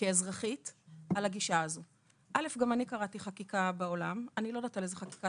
כאשר התאמת השירותים לא רלוונטית לעניין סף הכניסה,